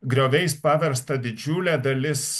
grioviais paversta didžiulė dalis